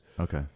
okay